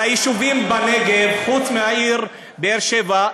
על היישובים בנגב, חוץ מהעיר באר שבע.